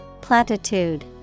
platitude